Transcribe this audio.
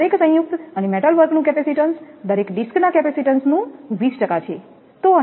દરેક સંયુક્ત અને મેટલવર્ક નું કેપેસિટીન્સ દરેક ડિસ્કના કેપેસિટીન્સનું 20 છે